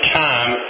time